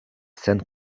sen